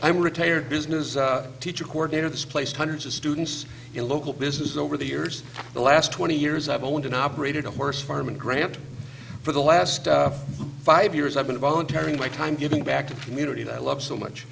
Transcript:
i'm retired business teacher coordinator displaced hundreds of students in local business over the years the last twenty years i've owned and operated a horse farm and granted for the last five years i've been voluntary in my time giving back to the community that i love so much